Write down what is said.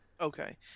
okay